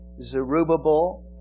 Zerubbabel